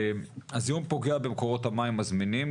הזיהום פוגע במקורות המים הזמינים,